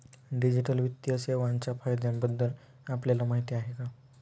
Digital वित्तीय सेवांच्या फायद्यांबद्दल आपल्याला माहिती आहे का?